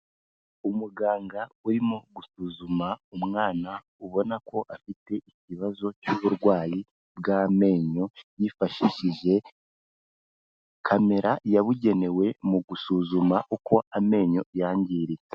Umuganga urimo gusuzuma umwana ubona ko afite ikibazo cy'uburwayi bw'amenyo, yifashishije kamera yabugenewe mu gusuzuma uko amenyo yangiritse.